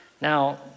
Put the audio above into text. Now